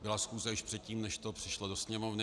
Byla schůze již předtím, než to přišlo do Sněmovny.